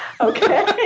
Okay